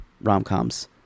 rom-coms